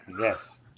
Yes